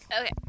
Okay